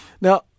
Now